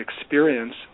experience